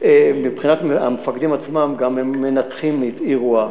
מבחינת המפקדים עצמם, הם גם מנתחים אירוע.